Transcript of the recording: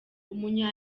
umunya